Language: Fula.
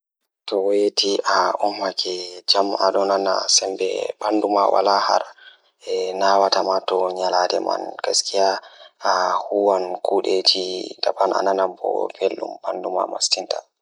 So tawii miɗo waɗa njam e nder hoore, miɗo waawi njiddaade fiyaangu ngal sabu miɗo waɗa waawde njoɓdi ngal ko rewɓe ngal. Mi njiddaade fiyaangu goɗɗo ngal ngam ndiyam e rewɓe ngal, ko goɗɗo fiyaangu ngal jokkondirde mi sabu